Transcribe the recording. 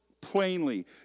plainly